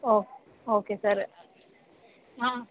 ஓ okay sir ஆ